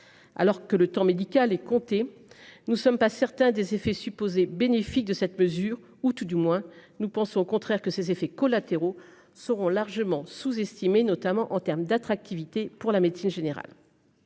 Alors que le temps médical est compté. Nous ne sommes pas certains des effets supposés bénéfiques de cette mesure, ou tout du moins nous pensons au contraire que ces effets collatéraux seront largement sous-estimé notamment en termes d'attractivité pour la médecine générale.--